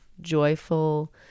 joyful